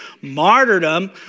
martyrdom